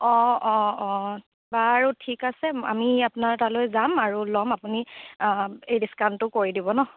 অ' অ' অ' বাৰু ঠিক আছে আমি আপোনাৰ তালৈ যাম আৰু ল'ম আপুনি এই ডিছকাউণটো কৰি দিব ন